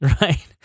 Right